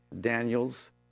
Daniel's